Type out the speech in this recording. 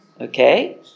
Okay